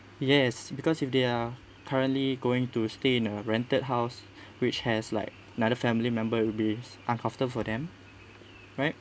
yes because if they are currently going to stay in a rented house which has like neither family member will be uncomfortable for them right